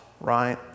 right